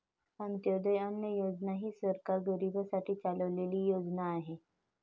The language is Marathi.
अंत्योदय अन्न योजना ही सरकार गरीबांसाठी चालवलेली योजना आहे